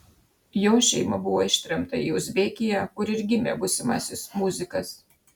jo šeima buvo ištremta į uzbekiją kur ir gimė būsimasis muzikas